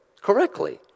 correctly